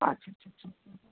আচ্ছা আচ্ছা আচ্ছা আচ্ছা